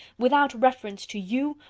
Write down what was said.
without reference to you,